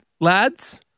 lads